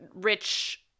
rich